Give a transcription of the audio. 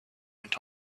went